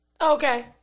Okay